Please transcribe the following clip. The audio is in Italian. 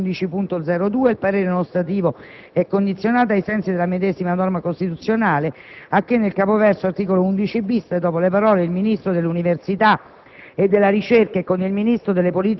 il parere è contrario. Sull'emendamento 11.0.2 il parere non ostativo è condizionato, ai sensi della medesima norma costituzionale, a che nel capoverso "art 11-*bis*", dopo le parole: "il Ministro dell'Università